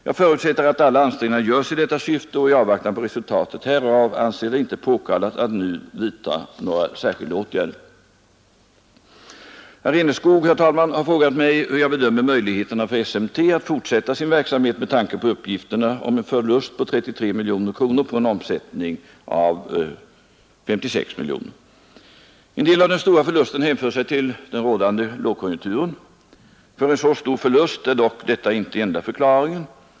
Jag förutsätter att alla ansträngningar görs i detta syfte och i avvaktan på resultat härav anser jag det inte påkallat att nu vidta några särskilda åtgärder. Herr talman! Herr Enskog har frågat mig hur jag bedömer möjligheterna för SMT Machine Company AB att fortsätta sin verksamhet med tanke på uppgifterna om en förlust på 33 miljoner kronor på en omsättning av 56 miljoner kronor. En del av den stora förlusten hänför sig till den rådande lågkonjunkturen. För en så stor förlust är dock detta inte enda förklaringen.